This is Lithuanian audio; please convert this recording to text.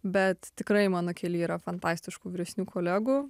bet tikrai mano kely yra fantastiškų vyresnių kolegų